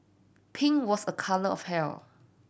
pink was a colour of health